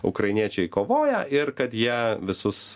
ukrainiečiai kovoja ir kad jie visus